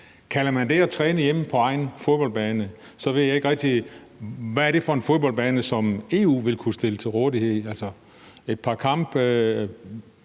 Kalder man det at træne hjemme på egen fodboldbane, så ved jeg ikke rigtig, hvad det er for en fodboldbane, EU vil kunne stille til rådighed – et par kampgrupper